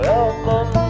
Welcome